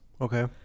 Okay